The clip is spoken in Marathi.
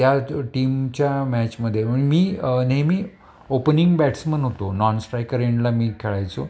त्या टीमच्या मॅचमध्ये मी नेहमी ओपनिंग बॅट्समन होतो नॉनस्ट्रायकर एंडला मी खेळायचो